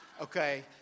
Okay